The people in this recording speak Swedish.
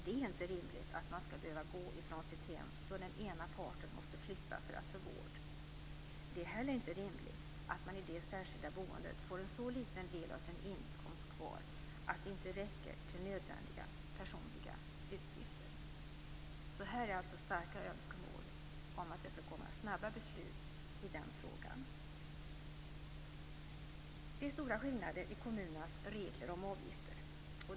Det är inte rimligt att man skall behöva gå från sitt hem då den ena parten måste flytta för att få vård. Det är inte heller rimligt att man i det särskilda boendet får en så liten del av sin inkomst kvar att det inte räcker till nödvändiga personliga utgifter. Här finns alltså starka önskemål om snabba beslut i den frågan. Det är stora skillnader i kommunernas regler om avgifter.